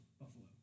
Buffalo